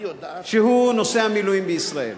שהוא נושא המילואים בישראל.